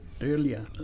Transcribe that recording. earlier